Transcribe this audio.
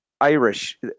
Irish